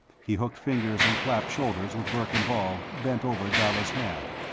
he hooked fingers and clapped shoulders with verkan vall, bent over dalla's hand.